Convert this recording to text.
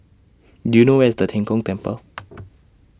Do YOU know Where IS Tian Kong Temple